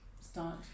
start